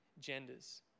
genders